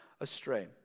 astray